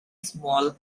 small